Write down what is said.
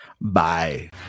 bye